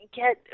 get